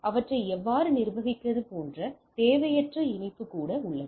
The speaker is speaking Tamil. அவற்றை எவ்வாறு நிர்வகிப்பது போன்ற தேவையற்ற இணைப்பு கூட உள்ளது